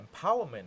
empowerment